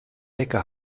decke